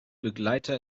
begleiter